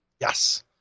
yes